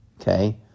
okay